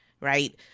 right